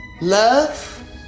love